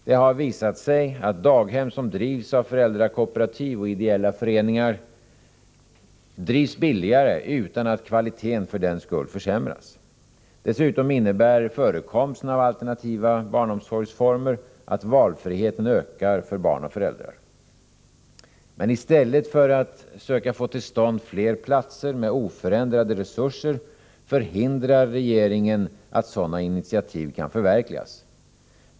Det har visat sig att daghem som drivs av föräldrakooperativ och ideella föreningar blir billigare, utan att kvaliteten för den skull försämras. Dessutom innebär förekomsten av alternativa barnomsorgsformer att valfriheten ökar för barn och föräldrar. Men i stället för att söka få till stånd fler platser med oförändrade resurser förhindrar regeringen att sådana initiativ kan förverkligas.